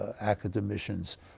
academicians